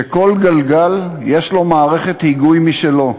שכל גלגל יש לו מערכת היגוי משלו.